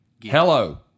Hello